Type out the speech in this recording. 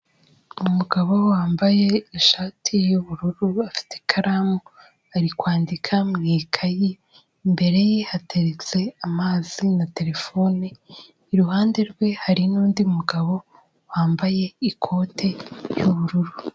Umugabo wambaye ishati y'ubururu afite ikaramu ari kwandika mu ikayi, imbere ye hateretse amazi na telefone, iruhande rwe hari n'undi mugabo wambaye ikote ry'ubururu.